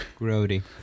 Grody